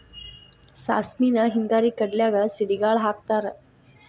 ಸಾಸ್ಮಿನ ಹಿಂಗಾರಿ ಕಡ್ಲ್ಯಾಗ ಸಿಡಿಗಾಳ ಹಾಕತಾರ